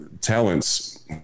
talents